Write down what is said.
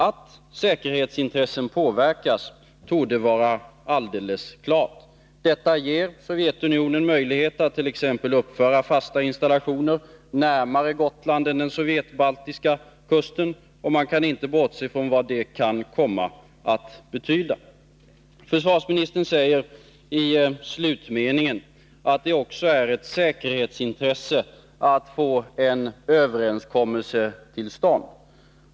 Att säkerhetsintressen påverkas torde vara alldeles klart. Detta ger Sovjetunionen möjlighet att t.ex. uppföra fasta installationer närmare Gotland än den sovjetbaltiska kusten, och man kan inte bortse från vad det kan komma att betyda. Försvarsministern säger i slutmeningen att det också är ett säkerhetsintresse att få en överenskommelse till stånd.